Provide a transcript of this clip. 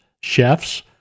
chefs